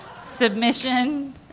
Submission